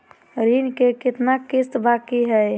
ऋण के कितना किस्त बाकी है?